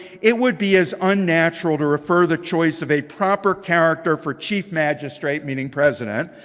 it would be as unnatural to refer the choice of a proper character for chief magistrate, meaning president,